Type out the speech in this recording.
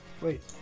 Wait